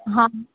हा